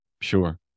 Sure